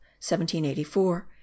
1784